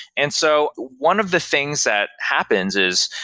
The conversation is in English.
and so one of the things that happens is,